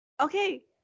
Okay